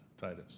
Titus